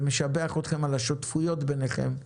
משבח אתכם על השותפויות ביניכם,